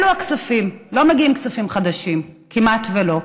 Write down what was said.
אלו הכספים, לא מגיעים כספים חדשים, כמעט שלא.